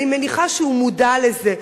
אני מניחה שהוא מודע לזה.